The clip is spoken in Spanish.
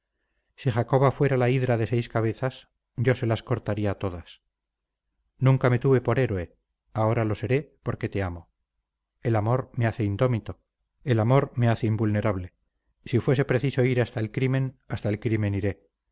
si jacoba fuera la hidra de seis cabezas yo se las cortaría todas nunca me tuve por héroe ahora lo seré porque te amo el amor me hace indómito el amor me hace invulnerable si fuese preciso ir hasta el crimen hasta el crimen iré